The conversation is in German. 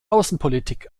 außenpolitik